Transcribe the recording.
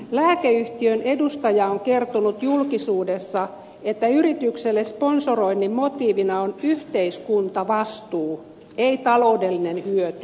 lääkeyhtiön edustaja on kertonut julkisuudessa että yritykselle sponsoroinnin motiivina on yhteiskuntavastuu ei taloudellinen hyöty